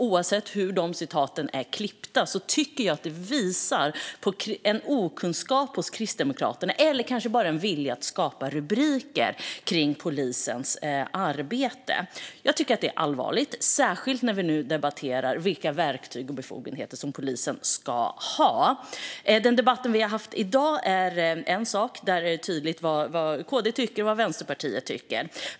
Oavsett hur citaten är klippta tycker jag att det visar på en okunskap hos Kristdemokraterna eller kanske bara en vilja att skapa rubriker kring polisens arbete. Det tycker jag är allvarligt, särskilt när vi nu debatterar vilka verktyg och befogenheter polisen ska ha. Den debatt som vi har haft i dag är en sak. Där är det tydligt vad Kristdemokraterna tycker och vad Vänsterpartiet tycker.